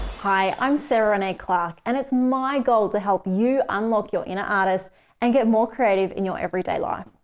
hi, i'm sarah renae clark, and it's my goal to help you unlock your inner artist and get more creative in your everyday life.